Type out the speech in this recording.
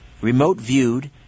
remote-viewed